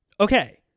Okay